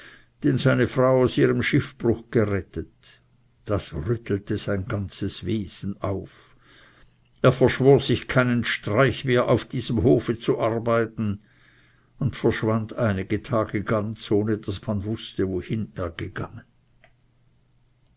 den seine frau aus ihrem schiffbruch gerettet das rüttelte sein ganzes wesen auf er verschwor sich keinen streich mehr auf diesem hofe zu arbeiten und verschwand einige tage ganz ohne daß man wußte wohin er gegangen